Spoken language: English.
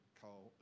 call